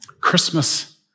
Christmas